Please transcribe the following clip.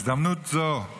הזדמנות זו היא